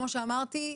כמו שאמרתי,